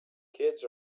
kids